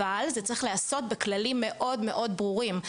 אבל זה צריך להיעשות בכללים מאוד מאוד ברורים.